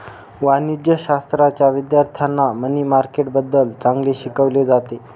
वाणिज्यशाश्राच्या विद्यार्थ्यांना मनी मार्केटबद्दल चांगले शिकवले जाते